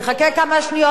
תחכה כמה שניות,